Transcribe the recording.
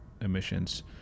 emissions